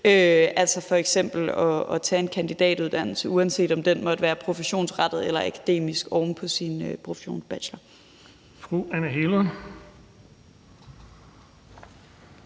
altså f.eks. at tage en kandidatuddannelse, uanset om den måtte være professionsrettet eller akademisk, oven på sin professionsbacheloruddannelse.